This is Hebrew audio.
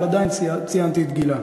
אבל עדיין ציינתי את גילה.